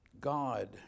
God